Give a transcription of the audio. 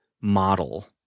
model